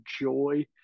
joy